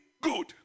good